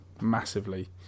massively